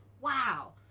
wow